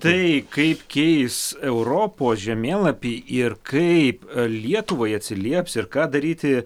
tai kaip keis europos žemėlapį ir kaip lietuvai atsilieps ir ką daryti